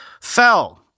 fell